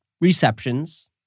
receptions